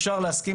אפשר להסכים